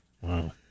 Wow